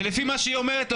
ולפי מה שהיא אומרת,